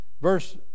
Verse